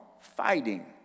fighting